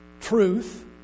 truth